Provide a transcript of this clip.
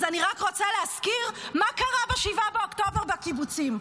אז אני רק רוצה להזכיר מה קרה ב-7 באוקטובר בקיבוצים.